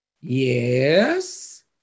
Yes